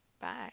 Bye